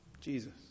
Jesus